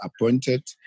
appointed